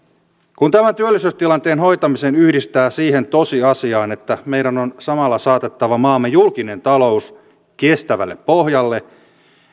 kun tämän työllisyystilanteen hoitamisen yhdistää siihen tosiasiaan että meidän on samalla saatettava maamme julkinen talous kestävälle pohjalle